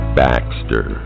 baxter